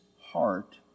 heart